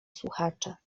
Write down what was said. słuchacze